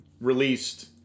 Released